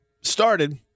started